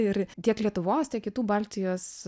ir tiek lietuvos tiek kitų baltijos